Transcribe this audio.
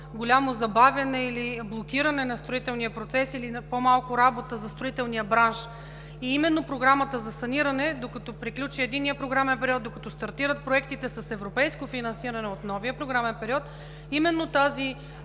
голямо забавяне или блокиране на строителния процес или на по-малко работа за строителния бранш. И именно Програмата за саниране, докато приключи единият програмен период, докато стартират проектите с европейско финансиране от новия програмен период, именно тази